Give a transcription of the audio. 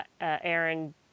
Aaron